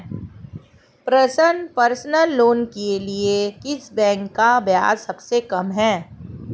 Personal loan के लिए किस बैंक का ब्याज सबसे कम है?